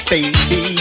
Baby